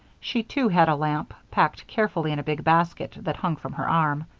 she, too, had a lamp, packed carefully in a big basket that hung from her arm.